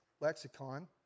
lexicon